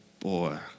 Boy